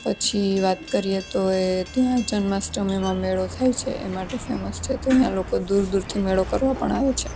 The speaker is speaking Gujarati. પછી વાત કરીએ તો એ ત્યાં જન્માષ્ટમીમાં મેળો થાય છે એ માટે ફેમસ છે તો અહીંયા લોકો દૂર દૂરથી મેળો કરવા પણ આવે છે